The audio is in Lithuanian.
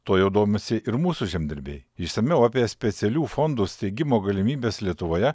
tuo jau domisi ir mūsų žemdirbiai išsamiau apie specialių fondų steigimo galimybes lietuvoje